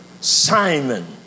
Simon